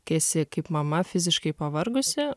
kai esi kaip mama fiziškai pavargusi